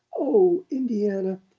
oh, indiana,